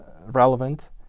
relevant